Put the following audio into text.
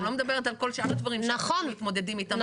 אני לא מדברת על כל שאר הדברים שמתמודדים אתם.